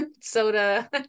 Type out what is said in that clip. soda